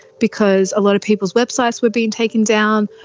because a lot of people's websites were being taken down,